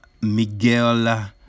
Miguel